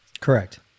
correct